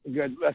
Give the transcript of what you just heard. Good